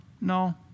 no